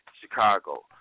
Chicago